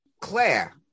Claire